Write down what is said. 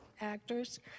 actors